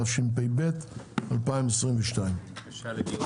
התשפ"ב 2022. בקשה לדיון